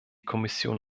kommission